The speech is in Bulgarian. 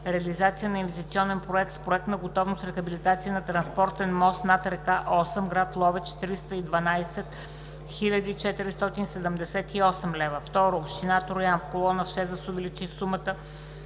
реализация на инвестиционен проект с проектна готовност „Рехабилитация на транспортен мост над р. Осъм“, гр. Ловеч – 312 478 лв. 2. Община Троян – в колона 6 да се увеличи сумата